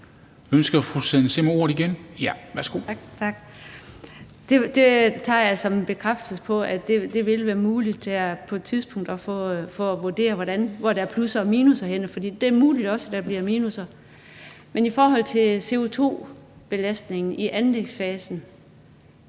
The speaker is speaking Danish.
Kl. 22:09 Susanne Zimmer (UFG): Tak. Det tager jeg som en bekræftelse på, at det vil være muligt på et tidspunkt at få vurderet, hvor der er plusser og minusser henne, for det er muligt, at der også bliver minusser. Men i forhold til CO2-belastningen i anlægsfasen